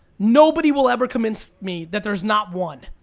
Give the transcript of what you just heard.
nobody will ever convince me that there's not one.